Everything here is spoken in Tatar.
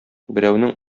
берәүнең